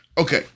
Okay